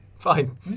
Fine